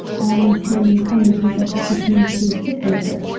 and the prime minister's office refused to accept the letter.